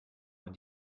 man